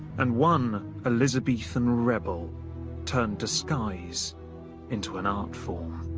and one elizabethan rebel turned disguise into an art form.